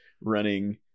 running